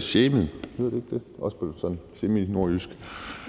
shamet, som det vist hedder, også på seminordjysk.